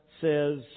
says